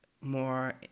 more